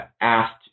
asked